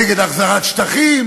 נגד החזרת שטחים.